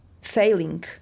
sailing